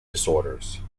disorders